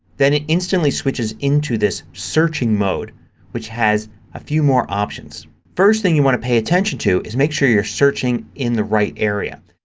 then it instantly switches into this searching mode which has a few more options. the first thing you want to pay attention to is make sure you're searching in the right area.